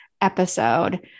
episode